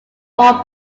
ball